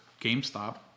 gamestop